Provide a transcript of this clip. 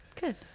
Good